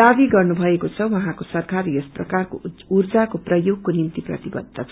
दावी गर्नुभएको छ उहाँको सरकार यस प्रकारको ऊर्जाको प्रयोगको निम्ति प्रतिबद्ध छ